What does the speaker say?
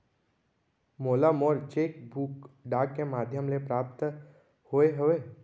मोला मोर cheque book डाक के मध्याम ले प्राप्त होय हवे